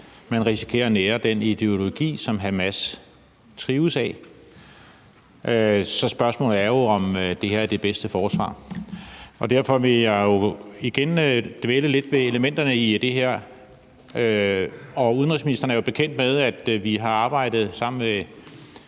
man risikerer at nære den ideologi, som Hamas trives af. Så spørgsmålet er jo, om det her er det bedste forsvar. Derfor vil jeg igen dvæle lidt ved elementerne i det her. Udenrigsministeren er jo bekendt med, at vi har arbejdet sammen med